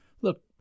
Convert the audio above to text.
Look